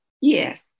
Yes